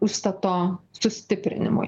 užstato sustiprinimui